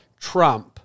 Trump